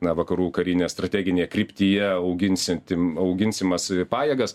na vakarų karinėje strateginėje kryptyje auginsianti auginsimas pajėgas